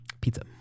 Pizza